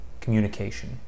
communication